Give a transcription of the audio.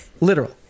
literal